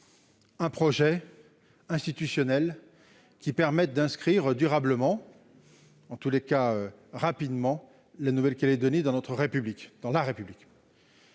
-un projet institutionnel qui permette d'inscrire durablement, en tous les cas rapidement, la Nouvelle-Calédonie dans la République. Monsieur